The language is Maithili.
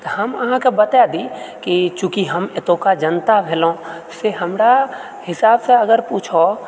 तऽ हम अहाँकेँ बताए दी कि चुँकि हम एतुका जनता भेलहुँ से हमरा हिसाबसँ अगर पूछब